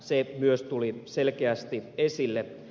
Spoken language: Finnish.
se myös tuli selkeästi esille